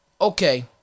okay